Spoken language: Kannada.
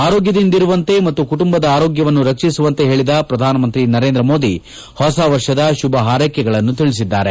ಆರೋಗ್ಲದಿಂದಿರುವಂತೆ ಮತ್ತು ಕುಟುಂಬದ ಆರೋಗ್ಲವನ್ನು ರಕ್ಷಿಸುವಂತೆ ಹೇಳಿದ ಪ್ರಧಾನಮಂತ್ರಿ ನರೇಂದ್ರ ಮೋದಿ ಹೊಸ ವರ್ಷದ ಶುಭ ಹಾರ್ಲೆಕೆಗಳನ್ನು ತಿಳಿಸಿದ್ದಾರೆ